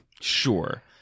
Sure